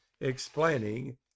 explaining